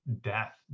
death